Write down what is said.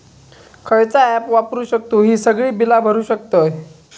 खयचा ऍप वापरू शकतू ही सगळी बीला भरु शकतय?